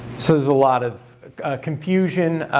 so there's a lot of confusion.